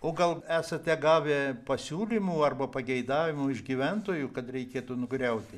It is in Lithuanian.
o gal esate gavę pasiūlymų arba pageidavimų iš gyventojų kad reikėtų nugriauti